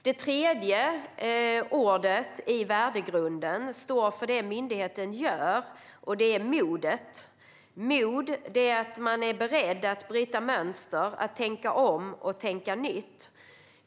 Det tredje ordet i värdegrunden står för vad myndigheten gör, nämligen mod. Mod är att man är beredd att bryta mönster, att tänka om och tänka nytt.